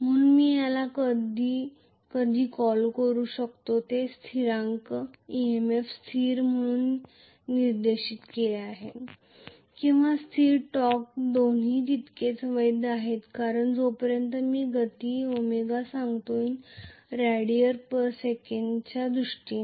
म्हणून मी याला कधीकधी संबोधित करू शकतो हे स्थिरांक EMF स्थिर म्हणून निर्दिष्ट केले गेले आहे किंवा स्थिर टॉर्क दोन्ही तितकेच वैध आहेत कारण जोपर्यंत मी गती ω सांगतो rad s च्या दृष्टीने